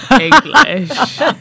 English